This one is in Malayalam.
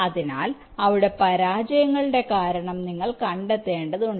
അതിനാൽ അവിടെ പരാജയങ്ങളുടെ കാരണം നിങ്ങൾ കണ്ടെത്തേണ്ടതുണ്ട്